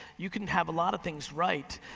you can have a lot of things right,